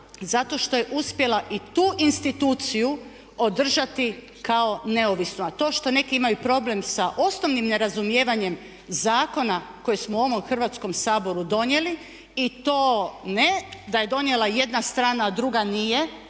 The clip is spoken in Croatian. zato što je uspjela i tu instituciju održati kao neovisnu. A to što neki imaju problem sa osnovnim nerazumijevanjem zakona koje smo u ovom Hrvatskom saboru donijeli i to ne da je donijela jedna strana a druga nije,